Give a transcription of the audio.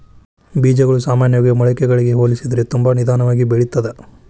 ಬೇಜಗಳು ಸಾಮಾನ್ಯವಾಗಿ ಮೊಳಕೆಗಳಿಗೆ ಹೋಲಿಸಿದರೆ ತುಂಬಾ ನಿಧಾನವಾಗಿ ಬೆಳಿತ್ತದ